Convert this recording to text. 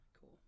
Cool